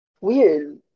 weird